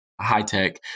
high-tech